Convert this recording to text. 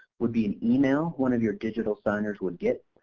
would be an email, one of your digital signers would get.